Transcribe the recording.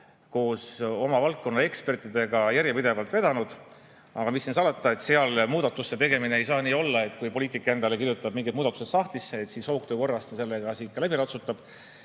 koos oma valdkonna ekspertidega järjepidevalt vedanud, aga mis siin salata, muudatuste tegemine ei saa olla nii, et kui poliitik endale kirjutab mingid muudatused sahtlisse, siis hoogtöö korras ta nendega siit läbi ratsutab.